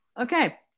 Okay